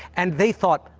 and they thought,